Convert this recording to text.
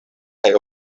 kaj